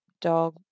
dog